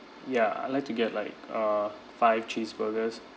ya I like to get like uh five cheese burgers